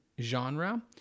genre